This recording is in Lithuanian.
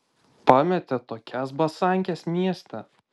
pametė tokias basankes mieste